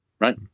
right